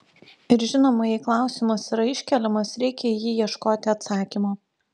ir žinoma jei klausimas yra iškeliamas reikia į jį ieškoti atsakymo